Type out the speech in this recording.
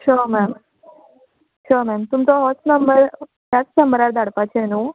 sure ma'am sure ma'am तुमचो होच number ह्याच नंबरार धाडपाचें न्हू